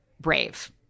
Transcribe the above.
brave